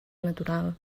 natural